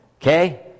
okay